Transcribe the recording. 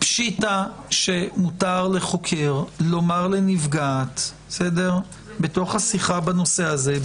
פשיטא שמותר לחוקר לומר לנפגעת במהלך השיחה בנושא הזה,